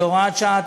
כהוראת שעה,